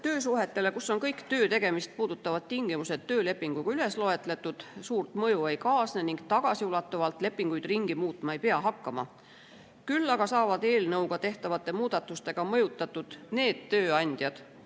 töösuhetele, mille puhul on kõik töötegemist puudutavad tingimused töölepingus üles loetletud, suurt mõju ei kaasne ning tagasiulatuvalt lepinguid ringi tegema ei pea hakkama. Küll aga saavad eelnõuga tehtavate muudatustega mõjutatud need tööandjad,